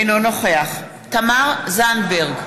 אינו נוכח תמר זנדברג,